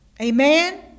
Amen